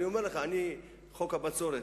חוק הבצורת,